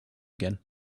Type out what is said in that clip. again